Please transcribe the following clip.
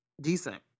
decent